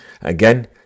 Again